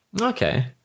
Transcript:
Okay